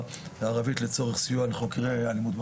הערבית לצורך סיוע לחוקרי אלימות במשפחה,